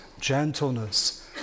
gentleness